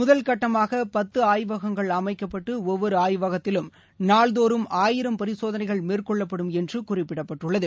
முதல் கட்டமாக பத்து ஆய்வகங்கள் அமைக்கப்பட்டு ஒவ்வொரு ஆய்வகத்திலும் நாள்தோறும் ஆயிரம் பரிசோதனைகள் மேற்கொள்ளப்படும் என்று குறிப்பிட்டுள்ளது